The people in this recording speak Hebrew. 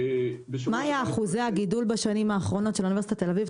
מה היו אחוזי הגידול בשנים האחרונות של אוניברסיטת תל אביב,